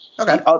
Okay